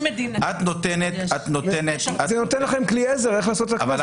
זה נותן לכם כלי עזר איך לעשות --- שרון,